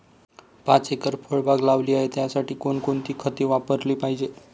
पाच एकर फळबाग लावली आहे, त्यासाठी कोणकोणती खते वापरली पाहिजे?